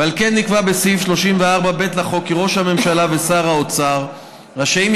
ועל כן נקבע בסעיף 34(ב) לחוק כי ראש הממשלה ושר האוצר רשאים,